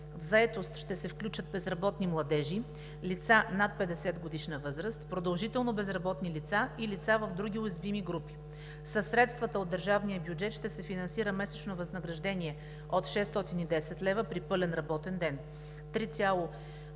В заетост ще се включат безработни младежи, лица над 50-годишна възраст, продължително безработни лица и лица в други уязвими групи. Със средства от държавния бюджет ще се финансира месечно възнаграждение от 610 лева при пълен работен ден, 3,66 лв.